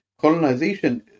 colonization